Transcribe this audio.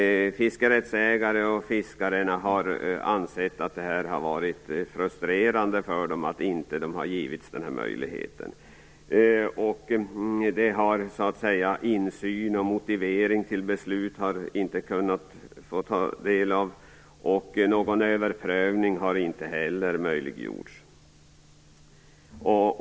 Fiskerättsägarna och fiskarna har ansett att det har varit frustrerande för dem att inte ha fått denna möjlighet. Man har inte kunnat få insyn i eller ta del av någon motivering till beslutet, och någon överprövning har inte heller möjliggjorts.